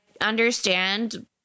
understand